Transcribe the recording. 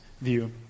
view